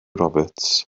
roberts